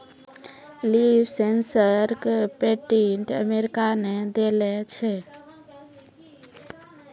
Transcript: Leaf sensor क patent America ने देलें छै?